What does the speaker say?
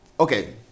Okay